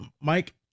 Mike